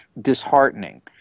disheartening